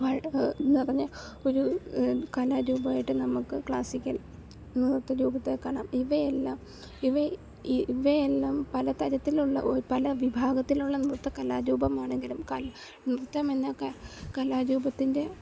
വളരെ നിറഞ്ഞ ഒരു കലാരൂപമായിട്ട് നമുക്ക് ക്ലാസ്സിക്കൽ നൃത്ത രൂപത്തെ കാണാം ഇവയെല്ലാം ഇവയ് ഇവയെല്ലാം പലതരത്തിലുള്ള ഒരു പല വിഭാഗത്തിലുള്ള നൃത്ത കലാരൂപമാണെങ്കിലും നൃത്തമെന്ന കലാരൂപത്തിൻ്റെ